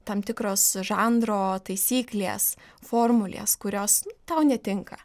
tam tikros žanro taisyklės formulės kurios tau netinka